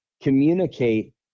communicate